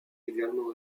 également